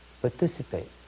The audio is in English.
participate